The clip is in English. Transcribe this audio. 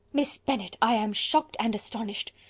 miss bennet i am shocked and astonished.